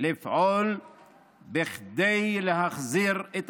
את כל הכלים לפעול כדי להחזיר את